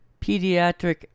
pediatric